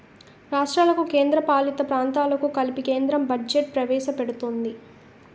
రాష్ట్రాలకు కేంద్రపాలిత ప్రాంతాలకు కలిపి కేంద్రం బడ్జెట్ ప్రవేశపెడుతుంది